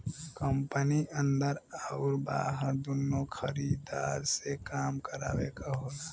company अन्दर आउर बाहर दुन्नो खरीदार से काम करावे क होला